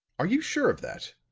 are you sure of that?